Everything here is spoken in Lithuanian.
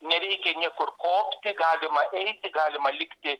nereikia niekur kopti galima eiti galima likti